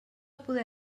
poder